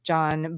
John